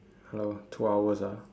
hello two hours ah